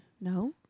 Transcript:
No